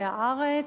ב"הארץ",